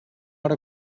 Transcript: hora